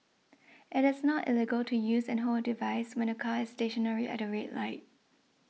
it is not illegal to use and hold a device when the car is stationary at the red light